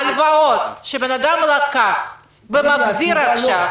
הלוואות שבן אדם לקח ומחזיר עכשיו,